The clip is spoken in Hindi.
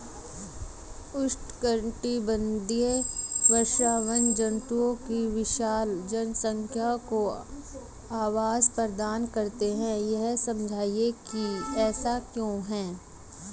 उष्णकटिबंधीय वर्षावन जंतुओं की विशाल जनसंख्या को आवास प्रदान करते हैं यह समझाइए कि ऐसा क्यों है?